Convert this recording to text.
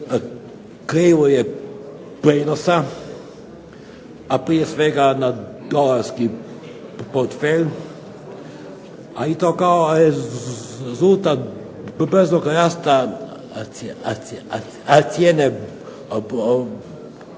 krivulje prinosa, a prije svega na dolarski portfelj i to kao rezultat brzog rasta cijene